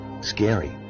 scary